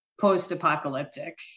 post-apocalyptic